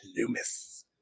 Loomis